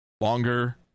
longer